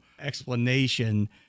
explanation